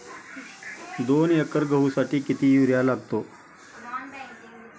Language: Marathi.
दोन एकर गहूसाठी किती युरिया लागतो?